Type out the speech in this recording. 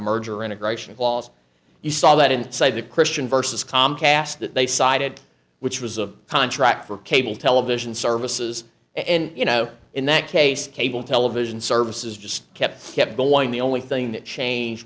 merger integration clause you saw that in side of christian versus comcast that they sided which was a contract for cable television services and you know in that case cable television services just kept kept going the only thing that changed